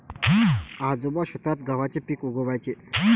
आजोबा शेतात गव्हाचे पीक उगवयाचे